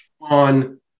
on